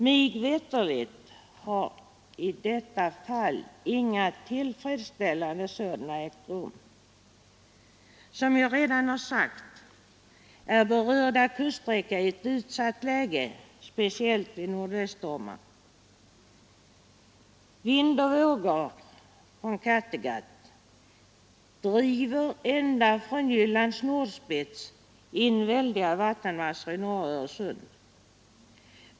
Mig veterligt har i detta fall inga tillfredsställande sådana undersökngar ägt rum. Som jag redan sagt har berörda kuststräcka ett utsatt läge, speciellt vid nordväststormar. Vind och vågor från Kattegatt driver ända från Jyllands nordspets in väldiga vattenmassor i norra Öresund.